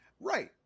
Right